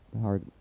hard